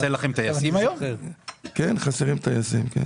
מהציבור באשר להשלכות הכלכליות של מה שקורה פה במדינה.